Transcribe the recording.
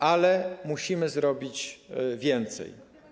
ale musimy zrobić więcej.